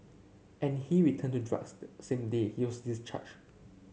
and he returned to drugs the same day he was discharged